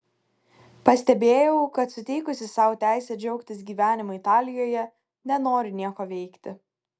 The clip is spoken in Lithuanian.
pastebėjau kad suteikusi sau teisę džiaugtis gyvenimu italijoje nenoriu nieko veikti